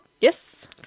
Yes